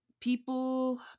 people